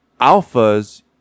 alphas